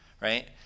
right